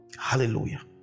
Hallelujah